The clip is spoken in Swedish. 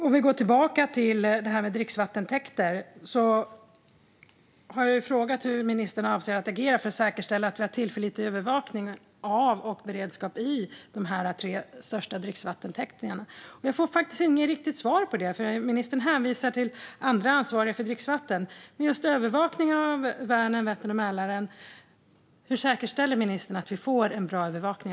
Om vi går tillbaka till frågan om dricksvattentäkter har jag frågat hur ministern avser att agera för att säkerställa att vi har tillförlitlig övervakning av och beredskap i de tre största dricksvattentäkterna. Men jag får faktiskt inget riktigt svar. Ministern hänvisar till andra ansvariga för dricksvatten. Men just när det gäller övervakning av Vänern, Vättern och Mälaren undrar jag hur ministern säkerställer att vi får en bra övervakning.